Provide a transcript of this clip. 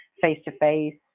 face-to-face